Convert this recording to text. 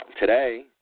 today